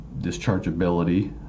dischargeability